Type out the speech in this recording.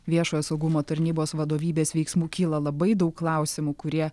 viešojo saugumo tarnybos vadovybės veiksmų kyla labai daug klausimų kurie